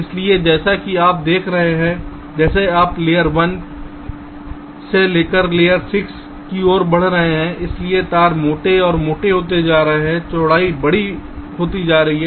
इसलिए जैसा कि आप देख रहे हैं जैसे आप लेयर1 से लेयर 6 की ओर बढ़ रहे हैं इसलिए तार मोटे और मोटे होते जा रहे हैं चौड़ाई बड़ी होती जा रही है